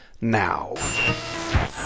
now